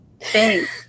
Thanks